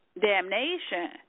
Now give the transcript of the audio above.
damnation